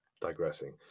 digressing